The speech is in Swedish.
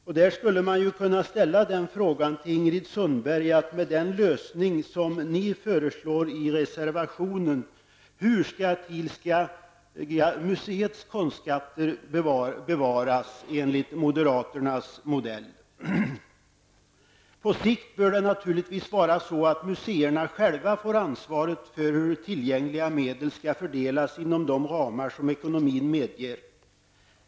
Det finns skäl att ställa frågan till Ingrid Sundberg, med tanke på den lösning som föreslås i reservationen: Hur skall På sikt bör museerna själva få ansvaret för hur tillgängliga medel skall fördelas inom de ramar som ekonomin medger.